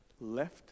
Left